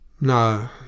No